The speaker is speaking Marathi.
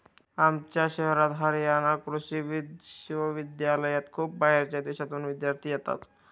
आमच्या शहरात हरयाणा कृषि विश्वविद्यालयात खूप बाहेरच्या देशांतून विद्यार्थी येतात